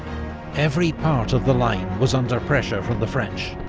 every part of the line was under pressure from the french.